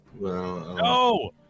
No